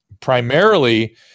primarily